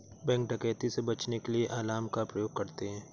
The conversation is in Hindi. बैंक डकैती से बचने के लिए अलार्म का प्रयोग करते है